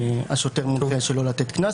השוטר מונחה שלא לתת קנס.